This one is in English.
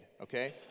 okay